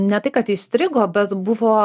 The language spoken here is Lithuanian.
ne tai kad įstrigo bet buvo